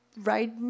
Right